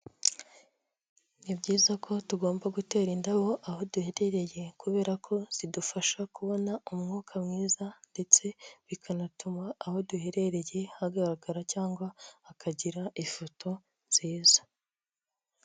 Ni byiza ko tugomba gutera indabo aho duherereye, kubera ko zidufasha kubona umwuka mwiza ndetse bikanatuma aho duherereye hagaragara cyangwa hakagira ifoto nziza.